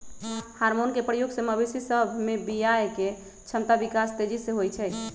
hormone के प्रयोग से मवेशी सभ में बियायके क्षमता विकास तेजी से होइ छइ